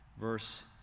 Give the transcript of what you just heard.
verse